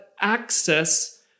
access